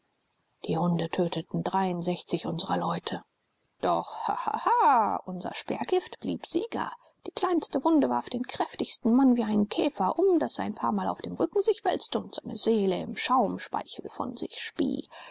die hunde töteten unsrer leute doch hahaha unser speergift blieb sieger die kleinste wunde warf den kräftigsten mann wie einen käfer um daß er ein paarmal auf dem rücken sich wälzte und seine seele im schaumspeichel von sich spie